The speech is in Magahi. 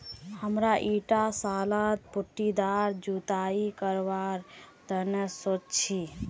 हमरा ईटा सालत पट्टीदार जुताई करवार तने सोच छी